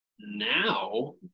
now